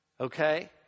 Okay